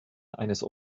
eines